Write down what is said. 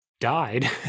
died